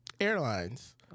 airlines